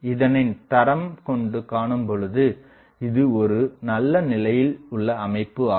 இதனின் தரம் கொண்டு காணும்பொழுது இது ஒரு நல்ல நிலையில் உள்ள அமைப்பு ஆகும்